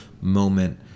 moment